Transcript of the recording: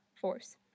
force